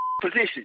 position